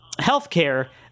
healthcare